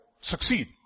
succeed